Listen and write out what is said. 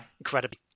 incredibly